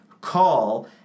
Call